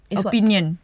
opinion